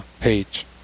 page